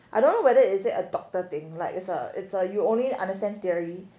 I don't know whether is it a doctor thing like it's a it's a you only understand theory